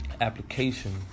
application